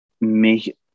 make